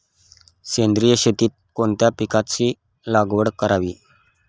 सेंद्रिय शेतीत कोणत्या पिकाची लागवड करावी?